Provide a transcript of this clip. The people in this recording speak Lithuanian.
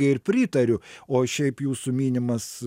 ir pritariu o šiaip jūsų minimas